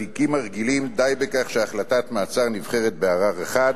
בתיקים הרגילים די בכך שהחלטת מעצר נבחנת בערר אחד,